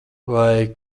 vai